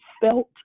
felt